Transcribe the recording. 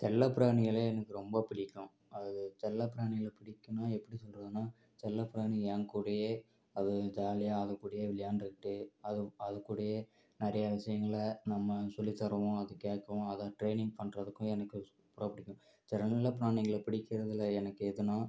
செல்லப்பிராணிகளை எனக்கு ரொம்ப பிடிக்கும் அது செல்லப்பிராணிகளை பிடிக்கும்னா எப்படி சொல்கிறதுன்னா செல்லப்பிராணி ஏங்கூடயே அது வந்து ஜாலியாக அதுகூடயே விளையாண்டுட்டு அது அதுகூடயே நிறைய விஷயங்களை நம்ம சொல்லித்தரவும் அது கேட்கவும் அதை ட்ரெய்னிங் பண்ணுறதுக்கு எனக்கு ரொம்ப பிடிக்கும் செல்லப்பிராணிகளை பிடிக்கிறதுல எனக்கு எதுனால்